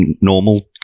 normal